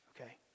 Okay